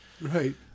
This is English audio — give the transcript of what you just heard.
right